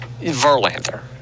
Verlander